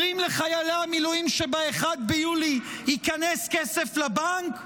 אומרים לחיילי המילואים שב-1 ביולי ייכנס כסף לבנק,